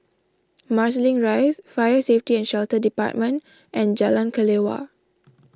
Marsiling Rise Fire Safety and Shelter Department and Jalan Kelawar